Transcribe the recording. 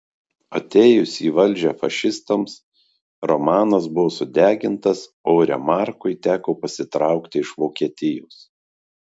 atėjus į valdžią fašistams romanas buvo sudegintas o remarkui teko pasitraukti iš vokietijos